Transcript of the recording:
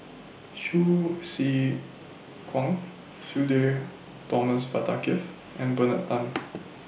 Hsu Tse Kwang Sudhir Thomas Vadaketh and Bernard Tan